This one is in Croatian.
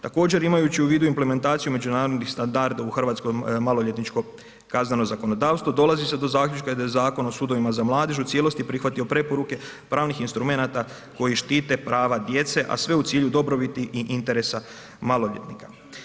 Također, imajući u vidu implementaciju međunarodnih standarda u hrvatskom maloljetničkom kaznenom zakonodavstvu, dolazi se do zaključka da je Zakon o sudovima za mladež u cijelosti prihvatio preporuke pravnih instrumenata koji štite prava djece a sve u cilju dobrobiti i interesa maloljetnika.